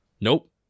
Nope